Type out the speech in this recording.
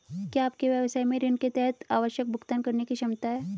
क्या आपके व्यवसाय में ऋण के तहत आवश्यक भुगतान करने की क्षमता है?